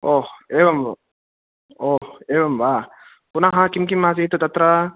ओह् एवम् ओह् एवं वा पुनः किं किम् आसीत् तत्र